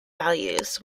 values